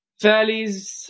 valleys